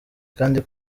kandi